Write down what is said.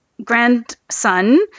Grandson